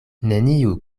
neniu